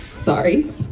sorry